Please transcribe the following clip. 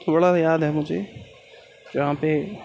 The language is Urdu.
تھوڑا سا یاد ہے مجھے جہاں پہ